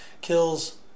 kills